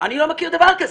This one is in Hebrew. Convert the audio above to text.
אני לא מכיר דבר כזה,